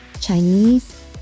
Chinese